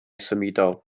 symudol